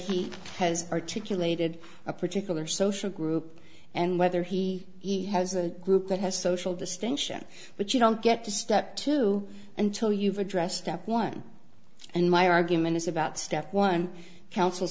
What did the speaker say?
he has articulated a particular social group and whether he has a group that has social distinction but you don't get to step two until you've addressed up one and my argument is about step one coun